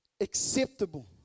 acceptable